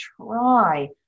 try